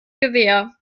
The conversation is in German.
gewehr